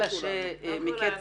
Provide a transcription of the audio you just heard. לא כולנו.